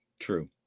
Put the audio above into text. True